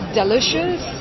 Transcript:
delicious